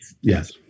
Yes